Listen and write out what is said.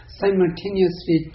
simultaneously